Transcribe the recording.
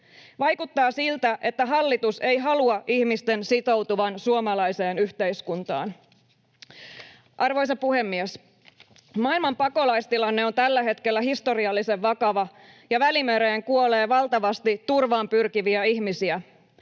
Vaikuttaa siltä, että hallitus ei halua ihmisten sitoutuvan suomalaiseen yhteiskuntaan. Arvoisa puhemies! Maailman pakolaistilanne on tällä hetkellä historiallisen vakava, ja Välimereen kuolee valtavasti turvaan pyrkiviä ihmisiä.